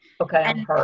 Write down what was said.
Okay